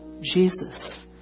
Jesus